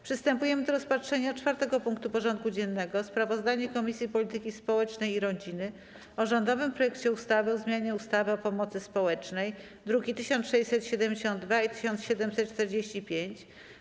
Przystępujemy do rozpatrzenia punktu 4. porządku dziennego: Sprawozdanie Komisji Polityki Społecznej i Rodziny o rządowym projekcie ustawy o zmianie ustawy o pomocy społecznej (druki nr 1672 i 1745)